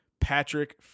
Patrick